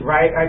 Right